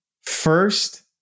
first